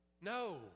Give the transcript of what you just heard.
No